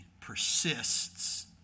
persists